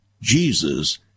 jesus